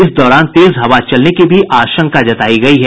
इस दौरान तेज हवा चलने की भी आशंका जतायी गयी है